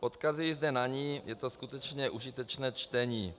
Odkazuji zde na ni, je to skutečně užitečné čtení.